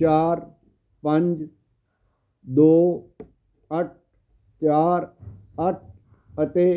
ਚਾਰ ਪੰਜ ਦੋ ਅੱਠ ਚਾਰ ਅੱਠ ਅਤੇ